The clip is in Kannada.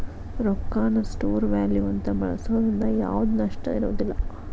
ರೊಕ್ಕಾನ ಸ್ಟೋರ್ ವ್ಯಾಲ್ಯೂ ಅಂತ ಬಳ್ಸೋದ್ರಿಂದ ಯಾವ್ದ್ ನಷ್ಟ ಇರೋದಿಲ್ಲ